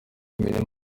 imirima